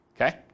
Okay